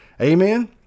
Amen